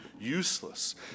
useless